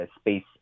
space